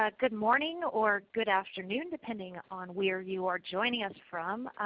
ah good morning or good afternoon depending on where you are joining us from.